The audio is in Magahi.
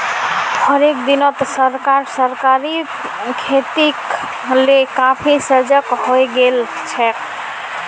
हालेर दिनत सरकार सहकारी खेतीक ले काफी सजग हइ गेल छेक